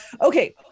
okay